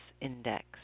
index